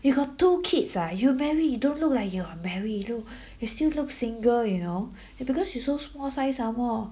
you got two kids ah you married you don't look like you are married you know you still look single you know it because you so small size some more